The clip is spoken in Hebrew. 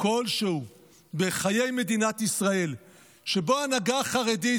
כלשהו בחיי מדינת ישראל שבו ההנהגה החרדית,